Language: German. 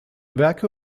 werke